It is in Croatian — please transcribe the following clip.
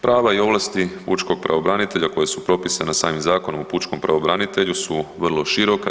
Prava i ovlasti pučkog pravobranitelja koja su propisana samim Zakonom o pučkom pravobranitelju su vrlo široka.